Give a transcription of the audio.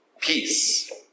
peace